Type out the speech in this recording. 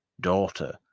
daughter